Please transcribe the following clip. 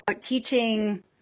teaching